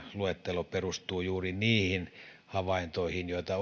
luettelo perustuu juuri niihin havaintoihin joita